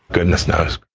goodness knows.